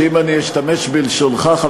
שאם אשתמש בלשונך,